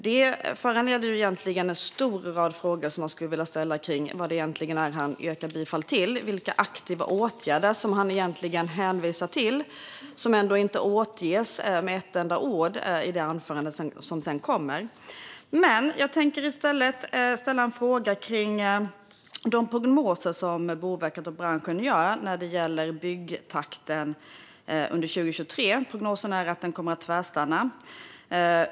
Det föranleder en lång rad frågor om vad det är han egentligen yrkar bifall till och vilka aktiva åtgärder han hänvisar till eftersom han inte nämner dessa med ett enda ord i det anförande som sedan följer. Men jag tänker i stället fråga om byggandet under 2023. Boverkets och byggbranschens prognoser är att det kommer att tvärstanna.